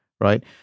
right